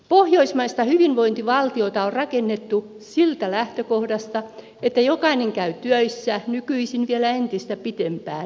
pohjoismaista hyvinvointivaltiota on rakennettu siitä lähtökohdasta että jokainen käy töissä nykyisin vielä entistä pitempään